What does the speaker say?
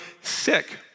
sick